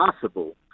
possible